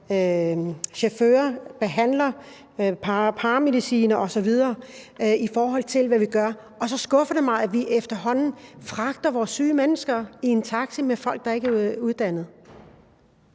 chauffører, behandlere, paramedicinere osv., i forhold til hvad vi gør. Så det skuffer mig, at vi efterhånden fragter vores syge mennesker i en taxi med personale, der ikke er uddannet.